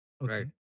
Right